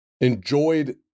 enjoyed